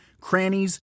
crannies